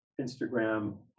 Instagram